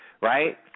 right